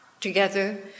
together